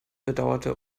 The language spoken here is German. bedauerte